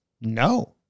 no